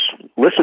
listen